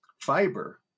Fiber